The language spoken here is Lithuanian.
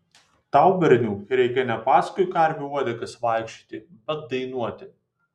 tau berniuk reikia ne paskui karvių uodegas vaikščioti bet dainuoti